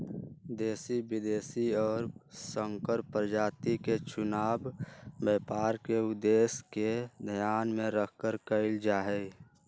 देशी, विदेशी और संकर प्रजाति के चुनाव व्यापार के उद्देश्य के ध्यान में रखकर कइल जाहई